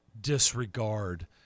disregard